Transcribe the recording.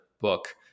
book